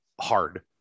hard